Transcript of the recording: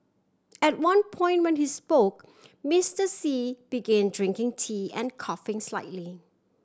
at one point when he spoke Mister Xi begin drinking tea and coughing slightly